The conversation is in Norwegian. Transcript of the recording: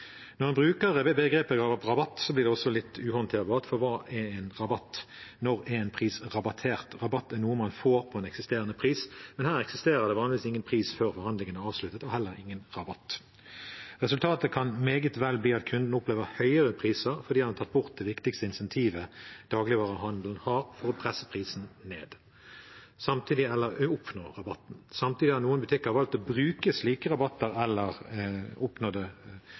Når en bruker begrepet «rabatt», blir det også litt uhåndterbart, for hva er en rabatt? Når er en pris rabattert? En rabatt er noe man får på en eksisterende pris, men her eksisterer det vanligvis ingen pris før forhandlingene er avsluttet, og heller ingen rabatt. Resultatet kan meget vel bli at kundene opplever høyere priser fordi en har tatt bort det viktigste insentivet dagligvarehandelen har for å presse prisen ned eller å oppnå rabatten. Samtidig har noen butikker valgt å bruke slike rabatter eller